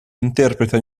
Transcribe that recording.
interpreta